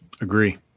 Agree